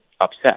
upset